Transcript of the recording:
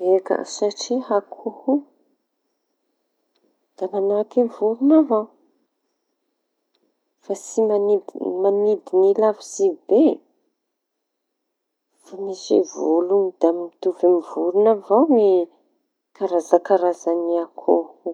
Eka, satria akoho da mañahaky voron- avao fa tsy manidy mañidiny lavitsy be. Fa misy volo da mitovy amy voro iñy avao karaza karaza akoho.